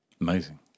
Amazing